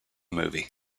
movie